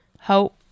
hope